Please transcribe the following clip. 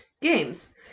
Games